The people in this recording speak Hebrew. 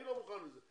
אני לא מוכן לזה.